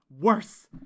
worse